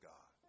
God